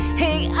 hey